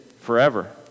forever